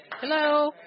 Hello